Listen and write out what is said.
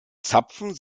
zapfen